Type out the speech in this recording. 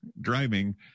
driving